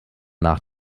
nach